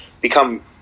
become –